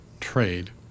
trade